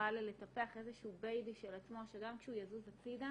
שהוא יוכל לטפח איזשהו בייבי של עצמו שגם כשהוא יזוז הצידה